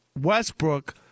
Westbrook